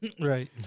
Right